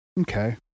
Okay